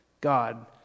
God